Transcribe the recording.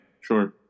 Sure